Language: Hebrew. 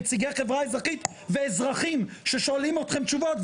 נציגי חברה אזרחית ואזרחים ששואלים אתכם תשובות,